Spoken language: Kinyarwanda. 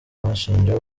bashinja